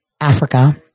Africa